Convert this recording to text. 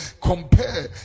compare